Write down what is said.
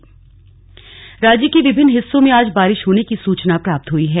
मौसम राज्य के विभिन्न हिस्सों में आज बारिश होने की सूचना प्राप्त हुई है